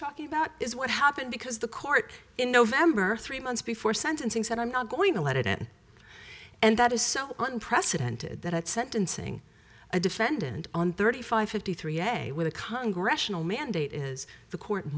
talking about is what happened because the court in november three months before sentencing said i'm not going to let it in and that is so unprecedented that at sentencing a defendant on thirty five fifty three day with a congregational mandate is the court